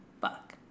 Buck